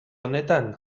honetan